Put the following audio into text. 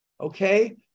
okay